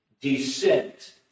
descent